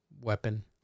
weapon